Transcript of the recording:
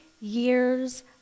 years